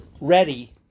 ready